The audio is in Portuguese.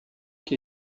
que